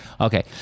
Okay